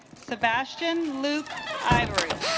sebastian luke ivory